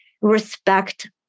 respect